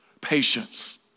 patience